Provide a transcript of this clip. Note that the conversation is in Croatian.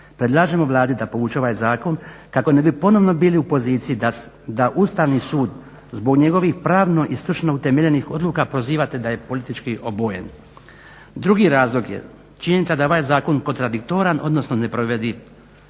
Predlažemo Vladi da povuče ovaj zakon kako ne bi ponovno bili u poziciji da Ustavni sud zbog njegovih pravno i stručno utemeljenih odluka prozivate da je politički obojen. Drugi razlog je činjenica da je ovaj zakon kontradiktoran odnosno neprovediv.